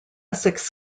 essex